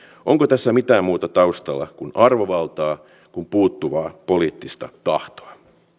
onko tässä mitään muuta taustalla kuin arvovaltaa kuin puuttuvaa poliittista tahtoa